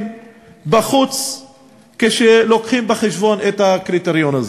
בחוץ כשלוקחים בחשבון את הקריטריון הזה.